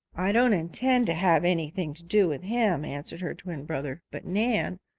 i don't intend to have anything to do with him, answered her twin brother. but, nan,